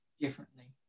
differently